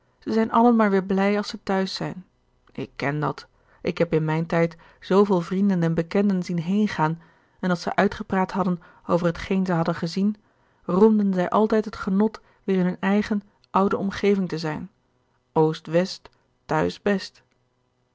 ze zijn allen maar weer blij als ze t'huis zijn ik ken dat ik heb in mijn tijd zooveel vrienden en bekenden zien heengaan en als zij uitgepraat hadden over hetgeen zij hadden gezien roemden zij altijd het genot weer in hunne eigen oude omgeving te zijn oost west t'huis best